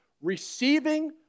receiving